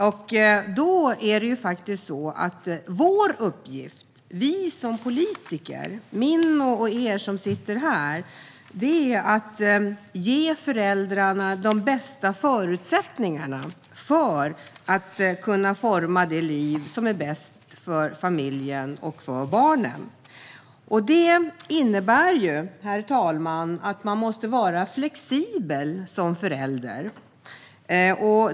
Den uppgift vi har som politiker och den uppgift som är min och din - vi som sitter här - är att ge föräldrarna de bästa förutsättningarna att forma det liv som är bäst för familjen och för barnen. Detta innebär, herr talman, att man måste vara flexibel som förälder.